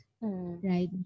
right